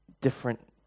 different